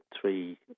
three